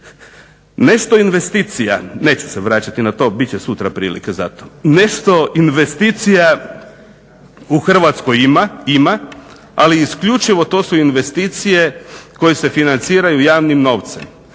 Nešto investicija, neću se vraćati na to. Bit će sutra prilike za to. Nešto investicija u Hrvatskoj ima, ali isključivo to su investicije koje se financiraju javnim novcem.